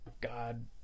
God